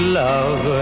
love